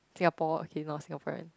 Singapore okay not Singaporean